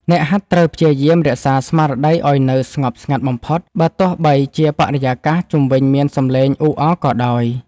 អ្នកហាត់ត្រូវព្យាយាមរក្សាស្មារតីឱ្យនៅស្ងប់ស្ងាត់បំផុត បើទោះបីជាបរិយាកាសជុំវិញមានសំឡេងអ៊ូអរក៏ដោយ។